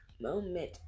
Moment